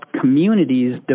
communities